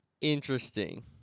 Interesting